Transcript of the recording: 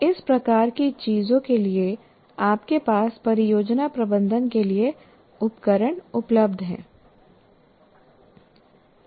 इस प्रकार की चीज़ों के लिए आपके पास परियोजना प्रबंधन के लिए उपकरण उपलब्ध हैं